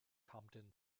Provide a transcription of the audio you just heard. compton